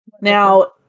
Now